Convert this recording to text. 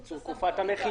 קיצור תקופת המחיקה,